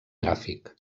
gràfic